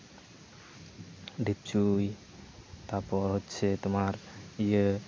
ᱰᱷᱤᱯᱪᱩᱭ ᱛᱟᱯᱚᱨ ᱦᱚᱪᱪᱷᱮ ᱛᱳᱢᱟᱨ ᱤᱭᱟᱹ